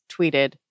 tweeted